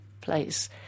place